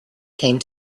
came